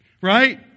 right